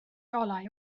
olau